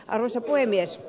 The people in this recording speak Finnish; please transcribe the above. arvoisa puhemies